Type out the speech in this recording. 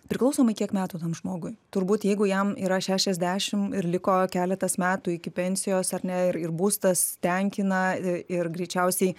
priklausomai kiek metų tam žmogui turbūt jeigu jam yra šešiasdešim ir liko keletas metų iki pensijos ar ne ir ir būstas tenkina i ir greičiausiai